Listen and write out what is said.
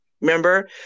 Remember